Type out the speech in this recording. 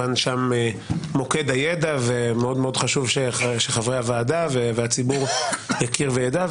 שכמובן שם מוקד הידע ומאוד מאוד חשוב שחברי הוועדה והציבור יכיר וידע,